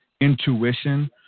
intuition